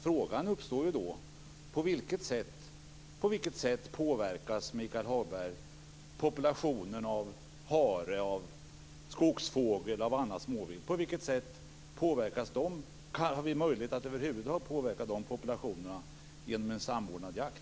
Frågan uppstår då på vilket sätt, Michael Hagberg, populationen av hare, skogsfågel osv. påverkas genom en samordnad jakt.